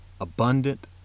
abundant